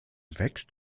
wächst